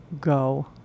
go